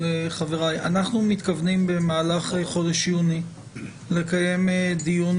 אנחנו מתכוונים במהלך חודש יוני לקיים דיון